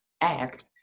act